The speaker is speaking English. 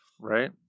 Right